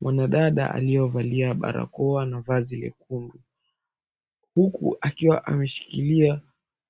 Mwanadada aliyevalia barakoa na vazi lekundu huku akiwa ameshikilia